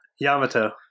Yamato